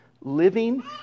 living